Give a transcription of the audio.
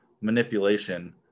manipulation